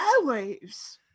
airwaves